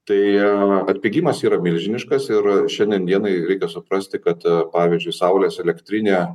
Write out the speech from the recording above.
tai atpigimas yra milžiniškas ir šiandien dienai reikia suprasti kad pavyzdžiui saulės elektrinė